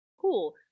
cool